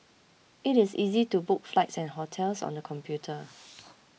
it is easy to book flights and hotels on the computer